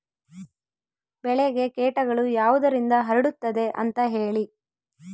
ಬೆಳೆಗೆ ಕೇಟಗಳು ಯಾವುದರಿಂದ ಹರಡುತ್ತದೆ ಅಂತಾ ಹೇಳಿ?